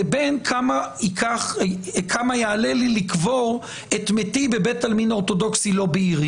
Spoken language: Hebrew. לבין כמה יעלה לי לקבור את מתי בבית עלמין אורתודוקסי לא בעירי.